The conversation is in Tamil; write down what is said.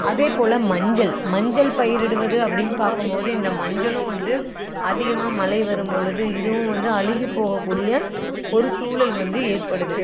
அதேபோல மஞ்சள் மஞ்சள் பயிரிடுவது அப்படின்னு பார்க்கம்போது இந்த மஞ்சளும் வந்து அதிகமாக மழை வரும்பொழுது இதுவும் வந்து அழுகிப்போகக்கூடிய ஒரு சூழல் வந்து ஏற்படுது